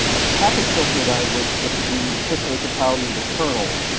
ah packet filter language that could be efficiently compiled into the kernel.